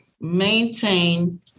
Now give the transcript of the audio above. maintain